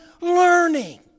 learning